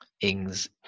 Ings